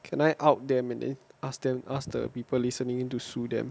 can I out them and then ask them ask the people listening to sue them